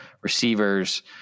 receivers